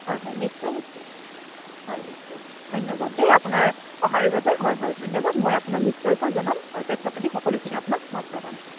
হয় হয় নিশ্চয় নিশ্চয় হয় নিশ্চয় ধন্যবাদ দেই আপোনাৰ সঁহাৰিৰ বাবে হয় হয় ধন্যবাদ মই আপোনাক নিশ্চয়কৈ জনাম অ' তথ্য পাতি সকলোখিনি মই আপোনাক প্ৰদান কৰিম